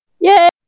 yay